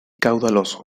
caudaloso